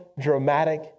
dramatic